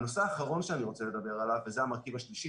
הנושא האחרון שאני רוצה לדבר עליו וזה המרכיב השלישי,